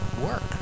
work